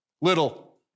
Little